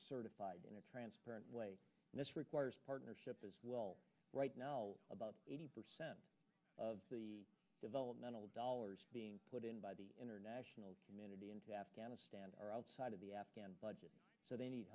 certified in a transparent way and this requires partnership as well right now about eighty percent of the developmental dollars being put in by the international community into afghanistan or outside of the afghan budget so they need